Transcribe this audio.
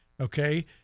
Okay